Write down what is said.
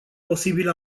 posibil